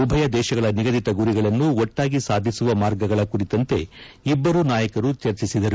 ಉಭಯ ದೇಶಗಳ ನಿಗದಿತ ಗುರಿಗಳನ್ನು ಒಟ್ಟಾಗಿ ಸಾಧಿಸುವ ಮಾರ್ಗಗಳ ಕುರಿತಂತೆ ಇಬ್ಬರೂ ನಾಯಕರು ಚರ್ಚಿಸಿದರು